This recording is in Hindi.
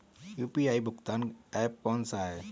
यू.पी.आई भुगतान ऐप कौन सा है?